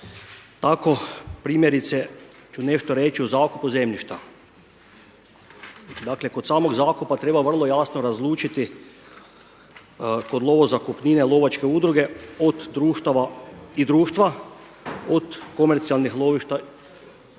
Tako primjerice ću nešto reći o zakupu zemljišta. Dakle, kod samog zakupa treba vrlo jasno razlučiti kod lovo zakupnine lovačke udruge od društava i društva, od komercijalnih lovišta i turizma.